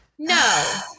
No